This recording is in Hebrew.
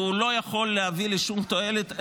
והוא לא יכול להביא לשום תועלת,